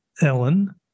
Ellen